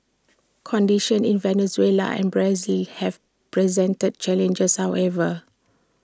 conditions in Venezuela and Brazil have presented challenges however